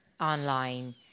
online